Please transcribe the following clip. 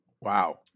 Wow